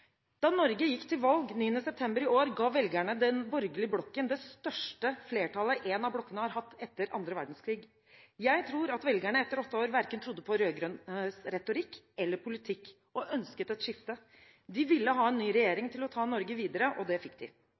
Da Norge gikk til valg 9. september i år, ga velgerne den borgerlige blokken det største flertallet en av blokkene har hatt etter annen verdenskrig. Jeg tror at velgerne etter åtte år verken trodde på de rød-grønnes retorikk eller på de rød-grønnes politikk, og ønsket et skifte. De ville ha en ny regjering til å ta Norge videre, og det fikk de.